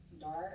dark